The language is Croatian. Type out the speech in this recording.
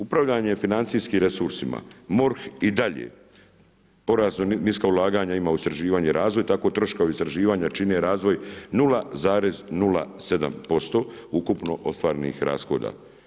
Upravljanje financijskim resursima, MORH i dalje, porat u niska ulaganja ima u istraživanja i razvoj, tako troškovi istraživanja čine razvoj 0,07% ukupno ostvarenih rashoda.